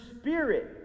spirit